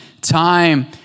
time